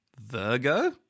Virgo